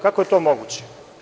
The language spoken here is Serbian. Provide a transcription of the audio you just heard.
Kako je to moguće?